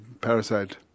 parasite